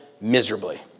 miserably